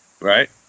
Right